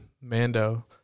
mando